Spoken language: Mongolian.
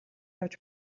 явж